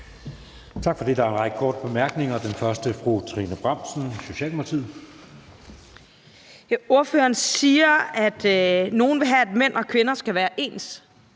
Tak for det. Der er en række korte bemærkninger, og den første er til fru Trine Bramsen, Socialdemokratiet. Kl. 16:13 Trine Bramsen (S): Ordføreren siger, at nogle vil have, at mænd og kvinder skal være ens,